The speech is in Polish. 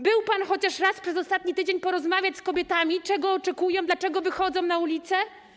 Był pan chociaż raz przez ostatni tydzień porozmawiać z kobietami, zapytać, czego oczekują, dlaczego wychodzą na ulice?